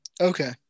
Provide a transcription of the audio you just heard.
Okay